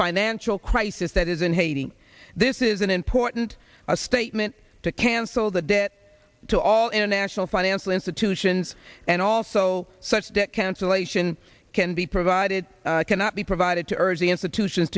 financial crisis that is in haiti this is an important statement to cancel the debt to all international financial institutions and also such debt cancellation can be provided cannot be provided to urge the institution